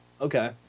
Okay